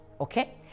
Okay